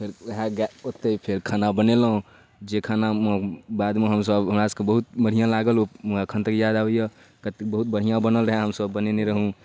वएह गै ओतेक फेर खाना बनेलहुँ जे खाना बादमे हमसभ हमरासभके बहुत बढ़िआँ लागल ओ एखन तक याद आबैए कतेक बहुत बढ़िआँ बनल रहै हमसभ बनेने रहौँ